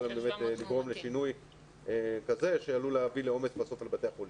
לגרום לשינוי שעלול להביא לעומס על בתי החולים.